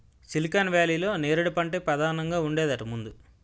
silicon వేలీలో నేరేడు పంటే పదానంగా ఉండేదట ముందు